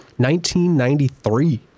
1993